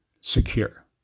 secure